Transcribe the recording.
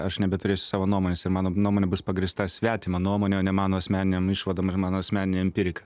aš nebeturėsiu savo nuomonės ir mano nuomonė bus pagrįsta svetima nuomone o ne mano asmeninėm išvadom ir mano asmenine empirika